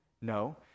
No